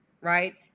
Right